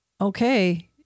okay